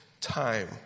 time